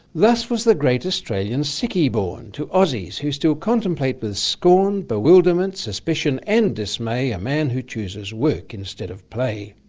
thus was the great australian sickie born to aussies, who still contemplate with scorn bewilderment, suspicion and dismay a man who chooses work instead of play.